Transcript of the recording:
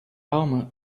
alma